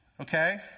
Okay